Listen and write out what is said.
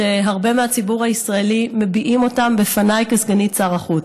והרבה מהציבור הישראלי מביעים אותם בפניי כסגנית שר החוץ.